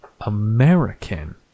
American